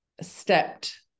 stepped